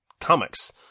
comics